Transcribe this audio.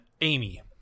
amy